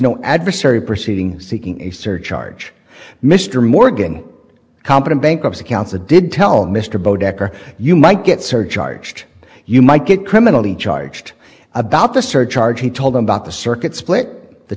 no adversary proceeding seeking a surcharge mr morgan a competent bankruptcy counsel did tell mr boat dekker you might get surcharged you might get criminally charged about the surcharge he told them about the circuit split the